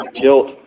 guilt